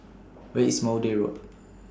Where IS Maude Road